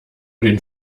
den